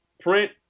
print